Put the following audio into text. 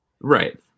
Right